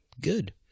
good